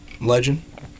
legend